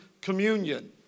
communion